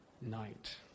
night